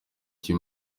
icyo